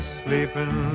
sleeping